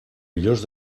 millors